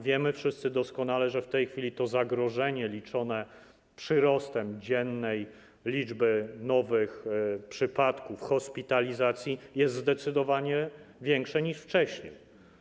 Wiemy wszyscy doskonale, że w tej chwili to zagrożenie liczone przyrostem dziennej liczby nowych przypadków hospitalizacji jest zdecydowanie większe niż wcześniej.